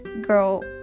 girl